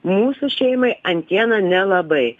mūsų šeimai antiena nelabai